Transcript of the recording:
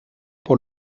pour